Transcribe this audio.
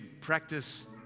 practice